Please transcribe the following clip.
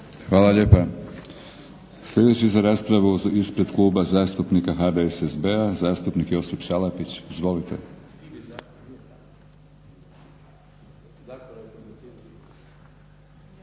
Hvala lijepa. Sljedeći za raspravu ispred KLuba zastupnika HDSSB-a zastupnik Josip Salapić, izvolite.